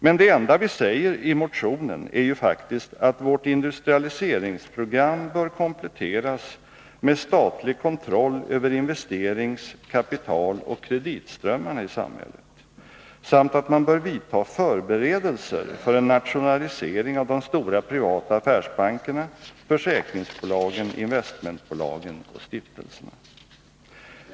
Men det enda vi säger i motionen är faktiskt att vårt industrialiseringsprogram bör kompletteras med statlig kontroll över investerings-, kapitaloch kreditströmmarna i samhället samt att man bör vidta förberedelser för en nationalisering av de stora privata affärsbankerna, försäkringsbolagen, investmentbolagen och stiftelserna.